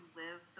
live